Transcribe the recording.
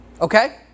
Okay